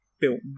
built